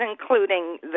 including